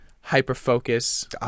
hyper-focus